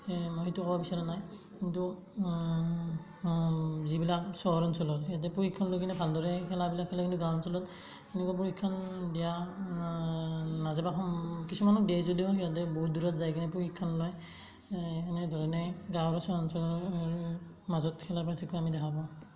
মই এইটো ক'ব বিচৰা নাই কিন্তু যিবিলাক চহৰ অঞ্চলত সিহঁতে প্ৰশিক্ষণ লৈ কিনে ভালদৰে খেলাবিলাক খেলে কিন্তু গাঁও অঞ্চলত সেনেকুৱা প্ৰশিক্ষণ দিয়া নাযায় বা কিছুমানক দিয়ে যদিও সিহঁতে বহুত দূৰত যাই কিনে প্ৰশিক্ষণ লয় এনে ধৰণে গাঁও আৰু চহৰ অঞ্চলৰ মাজত খেলাৰ পাৰ্থক্য আমি দেখা পাওঁ